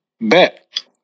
bet